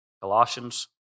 Colossians